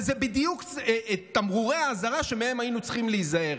ואלה בדיוק תמרורי האזהרה שמהם היינו צריכים להיזהר.